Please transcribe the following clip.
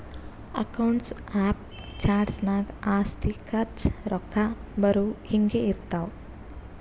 accounts of charts ನಾಗ್ ಆಸ್ತಿ, ಖರ್ಚ, ರೊಕ್ಕಾ ಬರವು, ಹಿಂಗೆ ಇರ್ತಾವ್